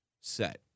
set